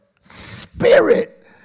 spirit